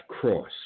Cross